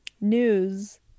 news